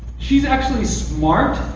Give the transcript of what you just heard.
she's actually smart.